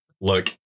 look